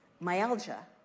myalgia